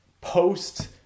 post